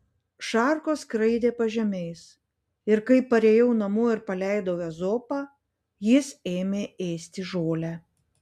šarkos skraidė pažemiais ir kai parėjau namo ir paleidau ezopą jis ėmė ėsti žolę